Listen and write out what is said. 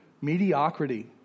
mediocrity